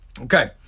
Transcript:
Okay